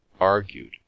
argued